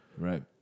Right